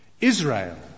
Israel